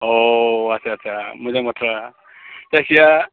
अह आटसा आटसा मोजां बाथ्रा जायखिया